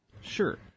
Sure